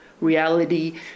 reality